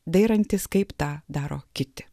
dairantis kaip tą daro kiti